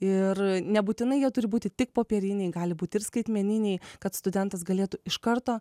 ir nebūtinai jie turi būti tik popieriniai gali būti ir skaitmeniniai kad studentas galėtų iš karto